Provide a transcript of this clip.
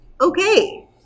okay